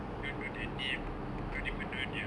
you don't know the name don't even know their